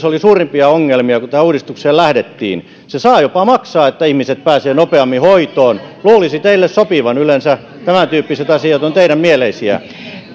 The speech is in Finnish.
oli suurimpia ongelmia kun tähän uudistukseen lähdettiin se saa jopa maksaa että ihmiset pääsevät nopeammin hoitoon luulisi sen teille sopivan yleensä tämäntyyppiset asiat ovat teille mieleisiä